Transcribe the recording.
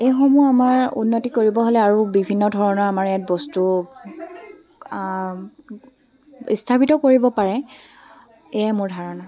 এইসমূহ আমাৰ উন্নতি কৰিব হ'লে আৰু বিভিন্ন ধৰণৰ আমাৰ ইয়াত বস্তু স্থাপিত কৰিব পাৰে এয়াই মোৰ ধাৰণা